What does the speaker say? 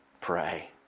Pray